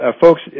Folks